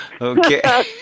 Okay